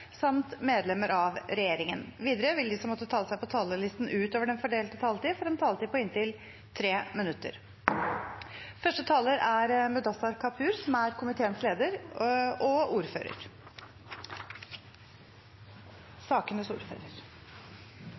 samt medlemmer av regjeringen. Videre vil de som måtte tegne seg på talerlisten utover den fordelte taletid, få en taletid på inntil 3 minutter. La meg få starte med på vegne av regjeringspartiene å takke Fremskrittspartiets forhandlingsdelegasjon for gode og